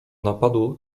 napadu